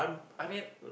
I mean